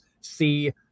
see